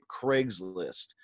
Craigslist